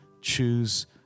choose